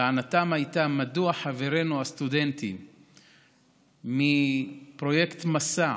טענתם הייתה: מדוע חברינו הסטודנטים מפרויקט מסע